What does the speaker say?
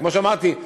כמו שאמרתי,